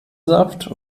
saft